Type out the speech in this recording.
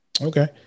Okay